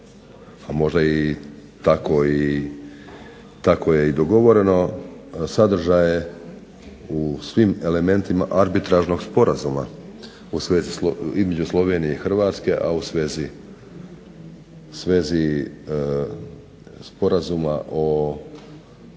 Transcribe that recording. a možda je tako i dogovoreno sadržaje u svim elementima arbitražnog sporazuma između Slovenije i Hrvatske, a u svezi Sporazuma o